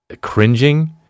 cringing